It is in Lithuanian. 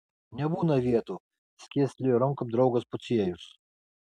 nebūna vietų skėstelėjo rankom draugas pociejus